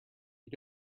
you